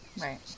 right